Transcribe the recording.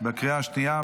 בקריאה שנייה,